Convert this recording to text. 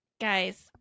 Guys